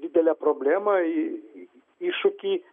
didelę problemą į iššūkį